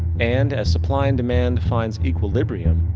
and, as supply and demand defines equilibrium,